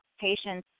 patients